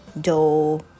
dough